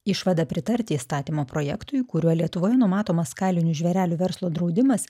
išvada pritarti įstatymo projektui kuriuo lietuvoje numatomas kailinių žvėrelių verslo draudimas